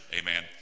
Amen